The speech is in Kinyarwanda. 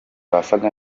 basaga